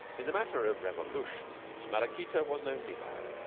in the matter of revolutions maraquita was no niggard.